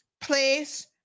place